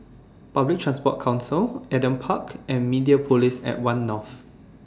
Public Transport Council Adam Park and Mediapolis At one North